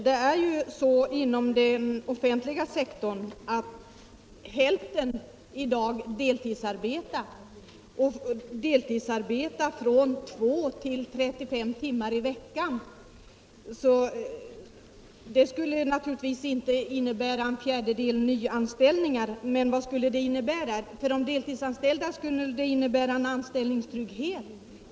Det är ju så inom den offentliga sektorn att hälften i dag deltidsarbetar, och deltidsarbetar från 2 till 35 timmar i veckan. En arbetstidsförkortning skulle naturligtvis inte innebära behov av nyanställningar motsvarande en fjärdedel av antalet heltidsarbetande. För de deltidsanställda är huvudfrågan anställningstrygghet.